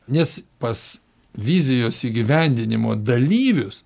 nes pas vizijos įgyvendinimo dalyvius